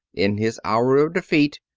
in his hour of defeat,